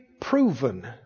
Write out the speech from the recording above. Proven